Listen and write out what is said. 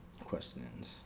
Questions